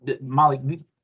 Molly